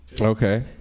Okay